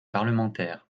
parlementaires